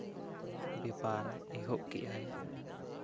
ᱵᱮᱯᱟᱨ ᱮᱦᱚᱵ ᱠᱮᱜᱼᱟᱭ